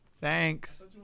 Thanks